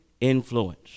influence